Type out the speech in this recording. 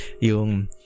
Yung